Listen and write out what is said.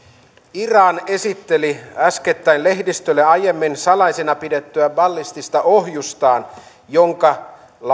iran esitteli äskettäin lehdistölle aiemmin salaisena pidettyä ballistista ohjustaan jonka